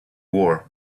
war